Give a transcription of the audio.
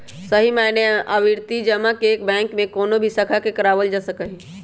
सही मायने में आवर्ती जमा के बैंक के कौनो भी शाखा से करावल जा सका हई